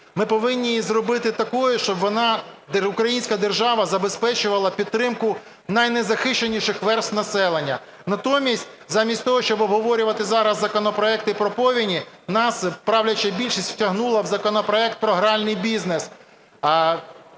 Ми повинні її зробити такою, щоб вона, українська держава, забезпечувала підтримку найнезахищених верств населення. Натомість замість того, щоб обговорювати зараз законопроекти про повені, нас правляча більшість втягнула в законопроект про гральний бізнес.